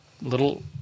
little